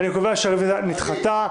אני קובע שהרביזיה נדחתה.